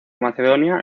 macedonia